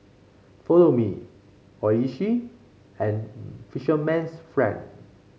Follow Me Oishi and Fisherman's Friend